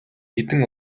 хэдэн